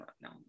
no